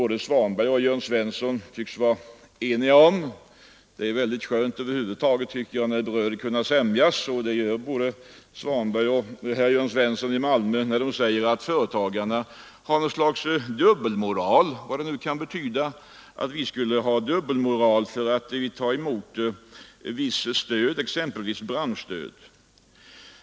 Herr Svanberg och herr Svensson i Malmö tycks vara alldeles eniga när de talar om att företagarna har något slags dubbelmoral — vad det nu kan betyda — därför att de tar emot visst stöd, exempelvis branschstöd.